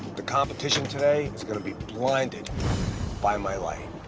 the competition today is gonna be blinded by my light.